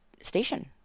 station